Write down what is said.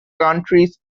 countries